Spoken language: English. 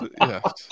yes